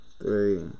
three